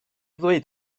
ddweud